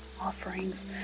offerings